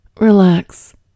relax